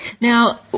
Now